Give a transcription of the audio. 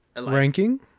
Ranking